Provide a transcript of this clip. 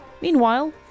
Meanwhile